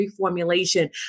reformulation